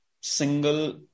single